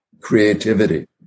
creativity